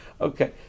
Okay